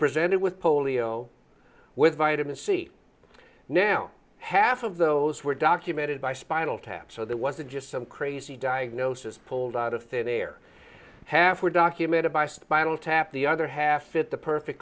presented with polio with vitamin c now half of those were documented by spinal tap so that wasn't just some crazy diagnosis pulled out of thin air half were documented by spinal tap the other half fit the perfect